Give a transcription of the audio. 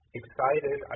excited